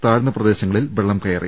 താഴ്ന്ന പ്രദേ ശങ്ങളിൽ വെള്ളം കയറി